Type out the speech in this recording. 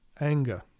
Anger